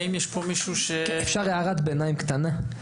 אפשר הערת ביניים קטנה?